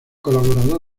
colaborador